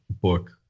book